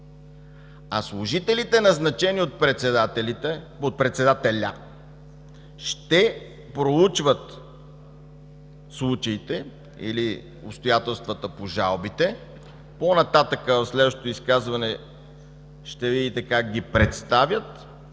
а служителите, назначени от председателя, ще проучват случаите или обстоятелствата по жалбите. По-нататък, в следващото изказване ще видите как ги представят